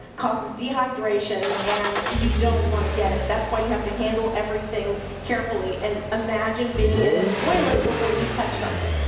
causes dehydration and you don't want to get it. that's why you have to handle everything carefully and imagine being in a toilet before you touch something.